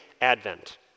advent